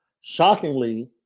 Shockingly